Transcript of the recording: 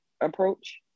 approach